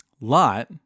Lot